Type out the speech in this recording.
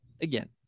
again